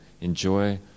enjoy